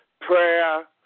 prayer